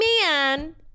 man